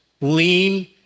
Lean